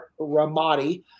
ramadi